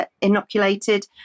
inoculated